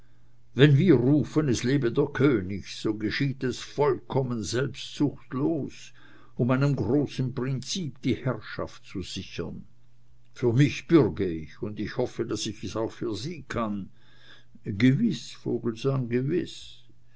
wenn wir rufen es lebe der könig so geschieht es vollkommen selbstsuchtslos um einem großen prinzip die herrschaft zu sichern für mich bürge ich und ich hoffe daß ich es auch für sie kann gewiß vogelsang gewiß